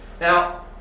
Now